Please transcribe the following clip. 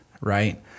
right